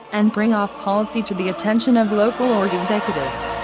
and bring off-policy to the attention of local org executives,